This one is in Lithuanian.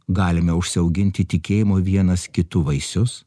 galime užsiauginti tikėjimo vienas kitu vaisius